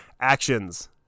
Actions